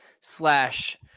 slash